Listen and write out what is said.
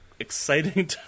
Exciting